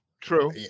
True